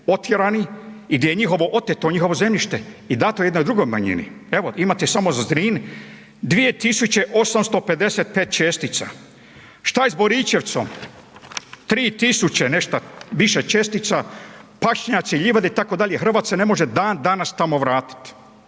otjerani i gdje je njihovo oteto njihovo zemljište i dato jednoj drugoj manjini. Evo, imate samo za Zrin, 2855 čestica. Što je s Boričevcom? 3000 nešto, više čestica, pašnjaci livade, itd. Hrvat se ne može dan danas tamo vratiti.